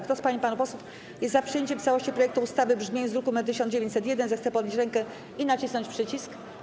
Kto z pań i panów posłów jest za przyjęciem w całości projektu ustawy w brzmieniu z druku nr 1901, zechce podnieść rękę i nacisnąć przycisk.